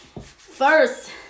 first